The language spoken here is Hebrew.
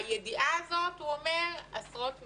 הידיעה הזאת, הוא אומר, עשרות מיליונים.